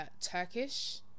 Turkish